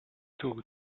two